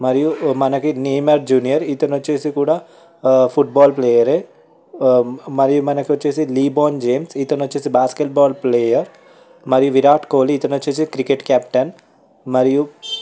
మరియు మనకి Neymar junior ఇతను వచ్చేసి కూడా ఫుట్బాల్ ప్లేయరే మరి మనకు వచ్చేసి లీబ్రాన్ జేమ్స్ ఇతను వచ్చేసి బాస్కెట్బాల్ ప్లేయర్ మరి విరాట్ కోహ్లీ ఇతను వచ్చేసి క్రికెట్ కెప్టెన్ మరియు